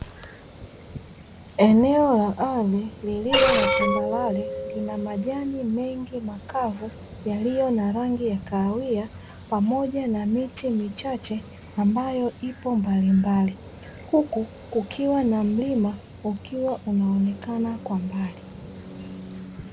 Eneo la ardhi lililo la tambarare lina majani mengi makavu yaliyo na rangi ya kahawia pamoja na miti michache ambayo ipo mbalimbali, huku kukiwa na mlima ukiwa unaonekana kwa mbali.